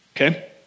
okay